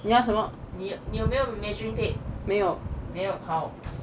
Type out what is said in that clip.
你要什么呢你有没有 measuring tape 没有没有好